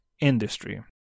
industry